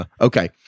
okay